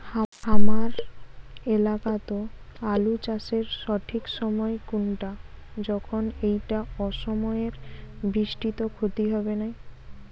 হামার এলাকাত আলু চাষের সঠিক সময় কুনটা যখন এইটা অসময়ের বৃষ্টিত ক্ষতি হবে নাই?